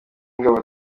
w’ingabo